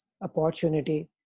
opportunity